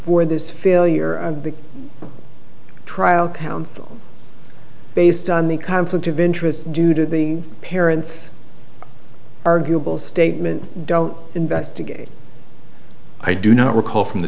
for this failure of the trial counsel based on the conflict of interest due to the parents arguable statement don't investigate i do not recall from the